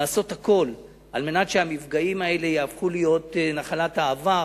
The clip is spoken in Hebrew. לעשות הכול כדי שהמפגעים האלה יהפכו להיות נחלת העבר.